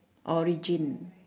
origin